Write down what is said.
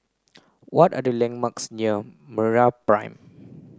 what are the landmarks near MeraPrime